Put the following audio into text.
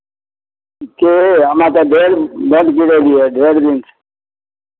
के हमरा तऽ भोट बड्ड गिरेलियै ढेर दिनसँ